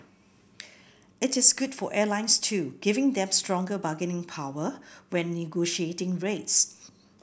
it is good for airlines too giving them stronger bargaining power when negotiating rates